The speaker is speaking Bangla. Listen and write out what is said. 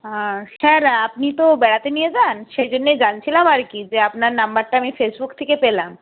স্যার আপনি তো বেড়াতে নিয়ে যান সেই জন্যই জানছিলাম আর কি যে আপনার নাম্বারটা আমি ফেসবুক থেকে পেলাম